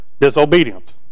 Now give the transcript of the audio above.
disobedience